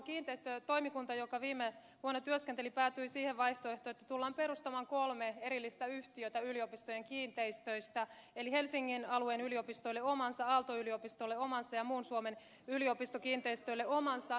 kiinteistötoimikunta joka viime vuonna työskenteli päätyi siihen vaihtoehtoon että tullaan perustamaan kolme erillistä yhtiötä yliopistojen kiinteistöistä eli helsingin alueen yliopistoille omansa aalto yliopistolle omansa ja muun suomen yliopistokiinteistöille omansa